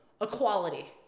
equality